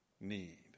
need